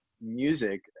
music